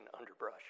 underbrush